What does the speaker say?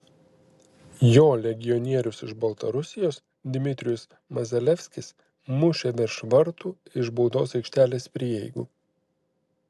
jo legionierius iš baltarusijos dmitrijus mazalevskis mušė virš vartų iš baudos aikštelės prieigų